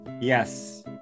yes